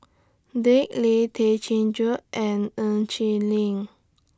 Dick Lee Tay Chin Joo and Ng Chin Li